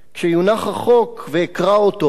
כשיונח החוק ואקרא אותו,